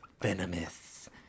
venomous